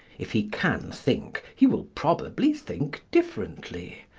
if he can think, he will probably think differently.